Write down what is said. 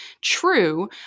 true